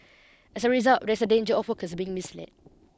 as a result there's a danger of workers being misled